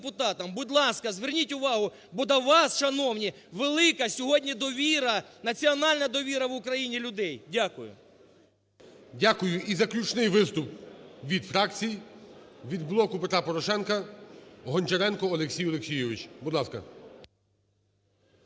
Будь ласка, зверніть увагу, бо до вас, шановні, велика сьогодні довіра, національна довіра в Україні людей. Дякую. ГОЛОВУЮЧИЙ. Дякую. І заключний виступ від фракцій. Від "Блоку Петра Порошенка" –Гончаренко Олексій Олексійович. Будь ласка.